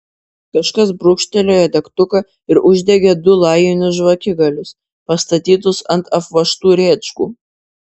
kažkas brūkštelėjo degtuką ir uždegė du lajinius žvakigalius pastatytus ant apvožtų rėčkų